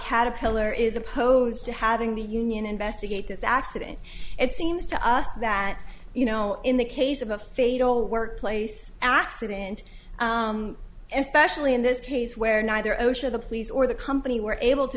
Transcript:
caterpillar is opposed to having the union investigate this accident it seems to us that you know in the case of a fatal workplace accident and specially in this case where neither osha the police or the company were able to